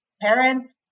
parents